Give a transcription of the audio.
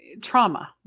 trauma